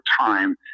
time